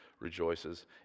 rejoices